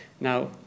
Now